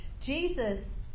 Jesus